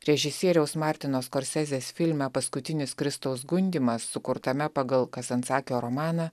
režisieriaus martino skorsezės filme paskutinis kristaus gundymas sukurtame pagal kasancakio romaną